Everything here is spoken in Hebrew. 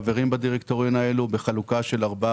על-פי תקנון החברה יש 12 חברים בדירקטוריון בחלוקה של ארבע,